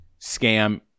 scam